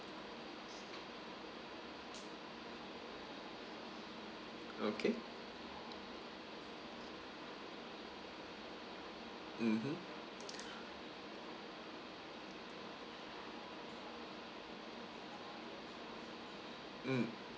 okay mmhmm mm